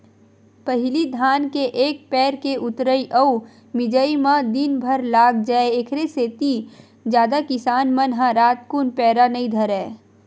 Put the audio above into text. पहिली धान के एक पैर के ऊतरई अउ मिजई म दिनभर लाग जाय ऐखरे सेती जादा किसान मन ह रातकुन पैरा नई धरय